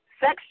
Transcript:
sex